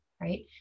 right